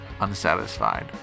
unsatisfied